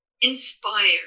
inspire